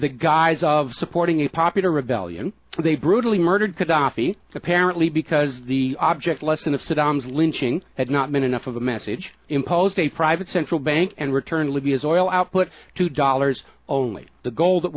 the guise of supporting a popular rebellion they brutally murdered khadafi apparently because the object lesson of saddam's lynching had not been enough of a message imposed a private central bank and returned libya's oil output to dollars only the gold that